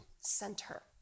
Center